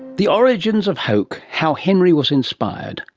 the origins of hoke, how henry was inspired.